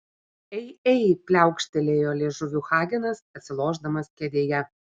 ei ei pliaukštelėjo liežuviu hagenas atsilošdamas kėdėje